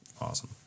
Awesome